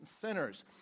sinners